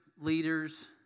leaders